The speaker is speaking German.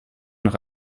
nach